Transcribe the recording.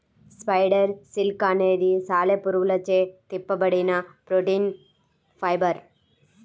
spider silk అనేది సాలెపురుగులచే తిప్పబడిన ప్రోటీన్ ఫైబర్